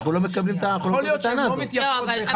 איך אנחנו מוודאים שזה לא הולך על חשבון העמיתים,